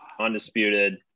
undisputed